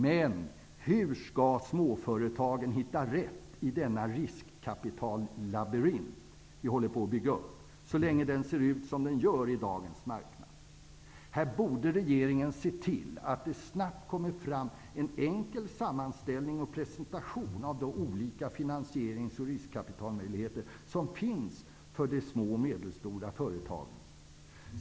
Men hur skall småföretagen hitta rätt i denna riskkapitallabyrint, som vi håller på att bygga upp, så länge som den ser ut som den gör i dagens marknad? Här borde regeringen se till att det snabbt kommer fram en enkel sammanställning och presentation av de olika finansierings och riskkapitalmöjligheter som finns för de små och medelstora företagen.